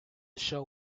show